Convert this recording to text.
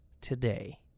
Today